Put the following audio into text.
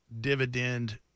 dividend